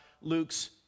Luke's